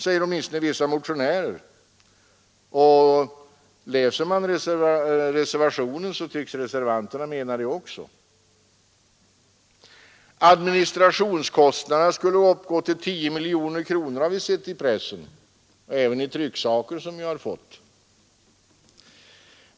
Läser man reservationen, finner man att också reservanterna tycks mena det. Administrationskostnaderna skulle uppgå till 10 miljoner kronor, har vi sett i pressen och även i trycksaker som vi har fått.